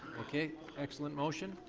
excellent motion.